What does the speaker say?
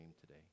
today